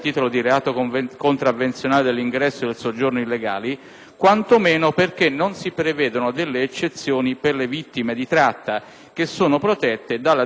quantomeno perché non si prevedono delle eccezioni per le vittime di tratta, protette dalla direttiva n. 81 del 2004 dell'Unione europea.